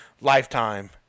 Lifetime